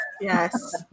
Yes